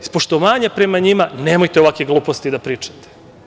Iz poštovanja prema njima, nemojte ovakve gluposti da pričate.